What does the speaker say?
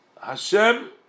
Hashem